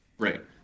Right